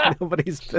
nobody's